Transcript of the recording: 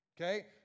okay